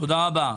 תודה רבה.